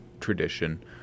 tradition